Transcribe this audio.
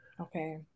Okay